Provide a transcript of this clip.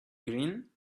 grin